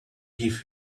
give